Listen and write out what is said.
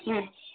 ம்